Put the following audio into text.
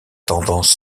tendance